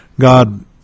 God